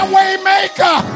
Waymaker